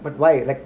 but why like